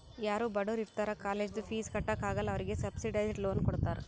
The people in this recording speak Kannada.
ಯಾರೂ ಬಡುರ್ ಇರ್ತಾರ ಕಾಲೇಜ್ದು ಫೀಸ್ ಕಟ್ಲಾಕ್ ಆಗಲ್ಲ ಅವ್ರಿಗೆ ಸಬ್ಸಿಡೈಸ್ಡ್ ಲೋನ್ ಕೊಡ್ತಾರ್